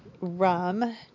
rum